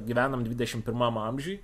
gyvenam dvidešim pirmam amžiuj